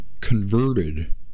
converted